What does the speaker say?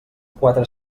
quatre